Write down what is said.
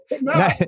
no